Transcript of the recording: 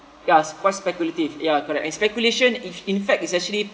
yes quite speculative ya correct and speculation is in fact it's actually